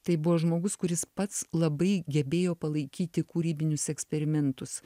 tai buvo žmogus kuris pats labai gebėjo palaikyti kūrybinius eksperimentus